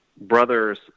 brother's